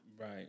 Right